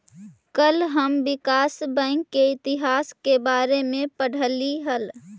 कल हम विकास बैंक के इतिहास के बारे में पढ़लियई हल